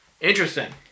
Interesting